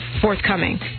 forthcoming